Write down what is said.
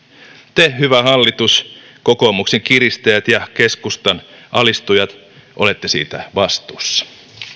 te hyvä hallitus kokoomuksen kiristäjät ja keskustan alistujat olette siitä vastuussa